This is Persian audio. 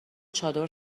چادر